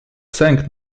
sęk